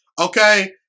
okay